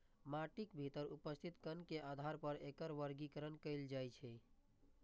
माटिक भीतर उपस्थित कण के आधार पर एकर वर्गीकरण कैल जाइ छै